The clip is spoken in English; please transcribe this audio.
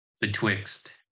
betwixt